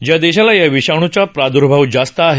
ज्या देशाला या विषाणूचा प्रादुर्भाव जास्त आहे